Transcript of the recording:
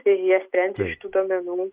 deja sprendžiant iš tų duomenų